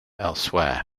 elsewhere